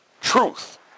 truth